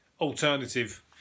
alternative